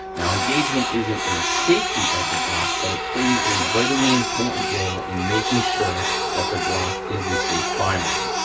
now, engagement isn't a safety of the glock, but it plays a vitally important role in making sure that the glock is a safe firearm.